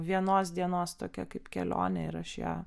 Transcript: vienos dienos tokia kaip kelionė ir aš ją